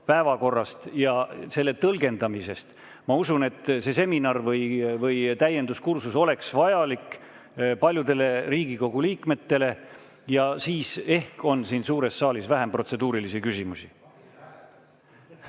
päevakorrast ja selle tõlgendamisest. Ma usun, et see seminar või täienduskursus oleks vajalik paljudele Riigikogu liikmetele ja siis ehk oleks siin suures saalis vähem protseduurilisi küsimusi. Peeter